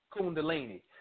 Kundalini